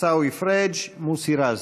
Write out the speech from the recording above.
עיסאווי פריג'; מוסי רז,